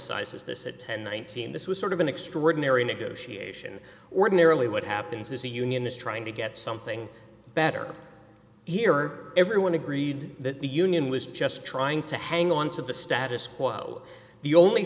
emphasizes this at one thousand and nineteen this was sort of an extraordinary negotiation ordinarily what happens is a union is trying to get something better here everyone agreed that the union was just trying to hang on to the status quo the only